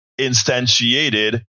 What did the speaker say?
instantiated